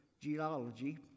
geology